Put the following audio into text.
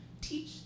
teach